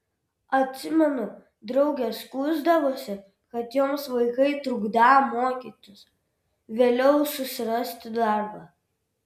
atsimenu draugės skųsdavosi kad joms vaikai trukdą mokytis vėliau susirasti darbą